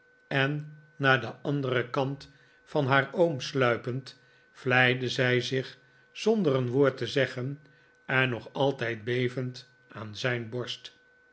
en naar den anderen kant van haar oom sluipend vleide zij zich zonder een woord te zeggen en nog altijd be vend aan zijn borst